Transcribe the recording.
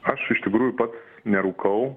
aš iš tikrųjų pats nerūkau